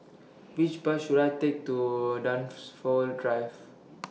Which Bus should I Take to Dunsfold Drive